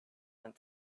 went